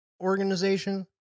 organization